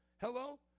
Hello